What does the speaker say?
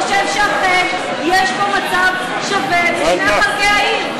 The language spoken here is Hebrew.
חושב שאכן יש פה מצב שווה בשני חלקי העיר.